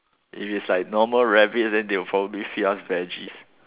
if is like normal rabbits then they will probably feed us veggies